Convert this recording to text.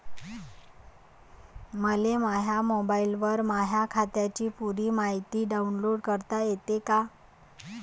मले माह्या मोबाईलवर माह्या खात्याची पुरी मायती डाऊनलोड करता येते का?